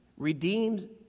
Redeemed